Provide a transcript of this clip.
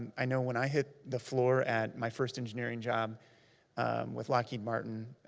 i know when i hit the floor at my first engineering job with lockheed martin,